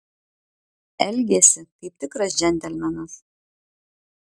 elgėsi kaip tikras džentelmenas